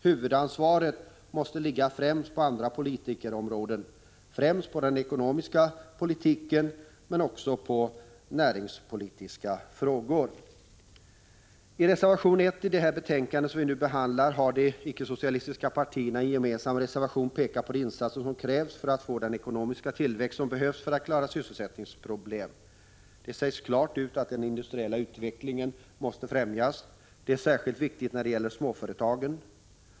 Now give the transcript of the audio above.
Huvudansvaret måste ligga på andra politikområden, främst på den ekonomiska politiken men också på näringspolitiska frågor. I reservation 1 i det betänkande som vi nu behandlar har de ickesocialistiska partierna gemensamt pekat på de insatser som krävs för den ekonomiska tillväxt som behövs för att sysselsättningsproblemen skall kunna lösas. Där sägs klart ut att den industriella utvecklingen måste främjas. Detta är särskilt viktigt när det gäller småföretagen.